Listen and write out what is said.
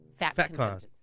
FatCon